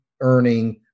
earning